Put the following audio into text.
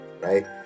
right